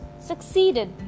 succeeded